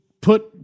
put